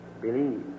Believe